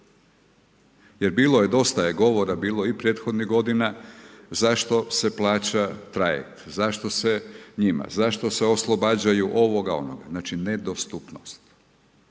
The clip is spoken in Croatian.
Jer bilo je dosta je govora bilo i prethodnih godina zašto se plaća trajekt, zašto se njima, zašto se oslobađaju ovoga, onoga. Znači nedostupnost,